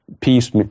peace